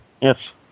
Yes